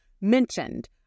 mentioned